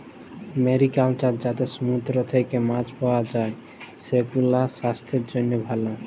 mariculture যাতে সমুদ্র থেক্যে মাছ পাওয়া যায়, সেগুলাসাস্থের জন্হে ভালো